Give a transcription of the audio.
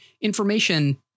information